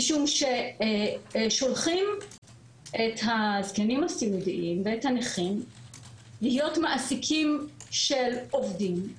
משום ששולחים את הזקנים הסיעודיים ואת הנכים להיות מעסיקים של עובדים,